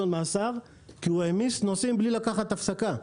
מאסר כי הוא העמיס נוסעים בלי לקחת הפסקה.